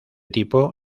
tipo